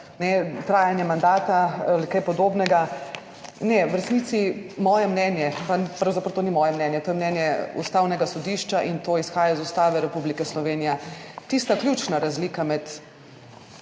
trajanje mandata ali nekaj podobnega. V resnici moje mnenje, pa pravzaprav to ni moje mnenje, to je mnenje Ustavnega sodišča in to izhaja iz Ustave Republike Slovenije, tista ključna razlika med,